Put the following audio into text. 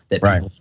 Right